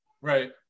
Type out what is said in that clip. Right